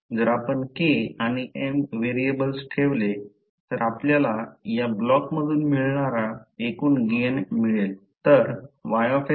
जर आपण K आणि M व्हेरिएबल्स ठेवले तर आपल्याला या ब्लॉकमधून मिळणारा एकूण गेन मिळेल